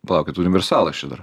palaukit universalas čia dar